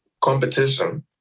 competition